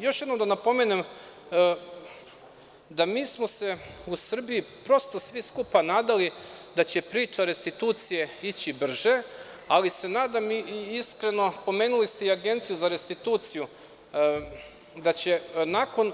Još jednom da napomenem da smo se mi u Srbiji prosto svi skupa nadali da će priča restitucije ići brže, ali se nadam iskreno, pomenuli ste i Agenciju za restituciju, da će nakon